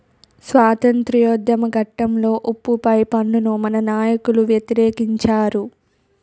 స్వాతంత్రోద్యమ ఘట్టంలో ఉప్పు పై పన్నును మన నాయకులు వ్యతిరేకించారు